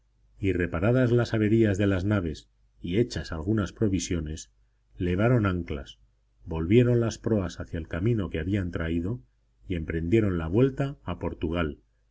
y reparadas las averías de las naves y hechas algunas provisiones levaron anclas volvieron las proas hacia el camino que habían traído y emprendieron la vuelta a portugal